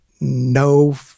no